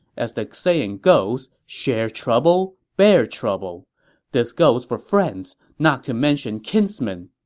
as the saying goes, share trouble, bear trouble this goes for friends, not to mention kinsmen.